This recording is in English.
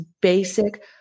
basic